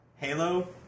Halo